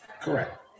correct